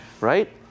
Right